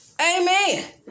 Amen